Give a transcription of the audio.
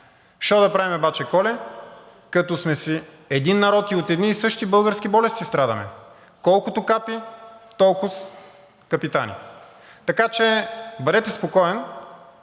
„Шо да правим баче Коле, като сме си един народ и от едни и същи български болести страдаме, колкото капи, толкова капитани.“ Така че, бъдете спокоен,